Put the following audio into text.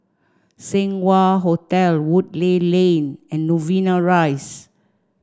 Seng Wah Hotel Woodleigh Lane and Novena Rise